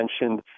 mentioned